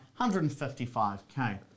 155k